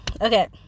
Okay